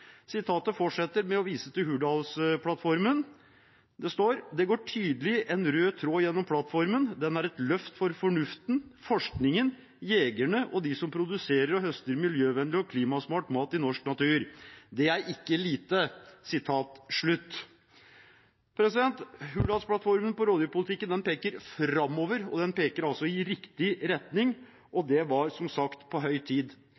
Sitatet fortsetter med å vise til Hurdalsplattformen. Det står: Det går tydelig en rød tråd gjennom plattformen. Den er et løft for fornuften, forskningen, jegerne og de som produserer og høster miljøvennlig og klimasmart mat i norsk natur. Det er ikke lite. Når det gjelder rovdyrpolitikken, peker Hurdalsplattformen framover, og den peker altså i riktig retning. Det var som sagt på høy tid.